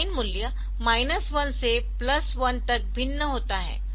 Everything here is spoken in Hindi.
साइन मूल्य माइनस 1 से प्लस 1 तक भिन्न होता है